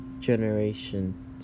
generation